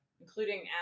including